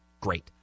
great